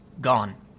Gone